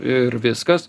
ir viskas